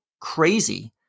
crazy